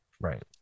Right